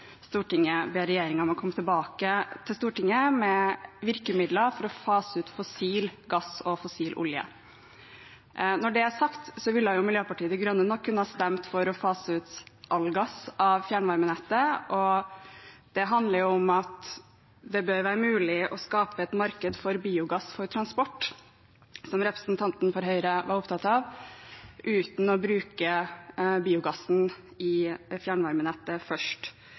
Stortinget ber regjeringen om å komme tilbake til Stortinget med virkemidler for å fase ut fossil gass og fossil olje. Når det er sagt, ville Miljøpartiet De Grønne nok kunne ha stemt for å fase ut all gass fra fjernvarmenettet. Det handler om at det bør være mulig å skape et marked for biogass for transport, som representanten fra Høyre var opptatt av, uten å bruke biogassen i fjernvarmenettet først.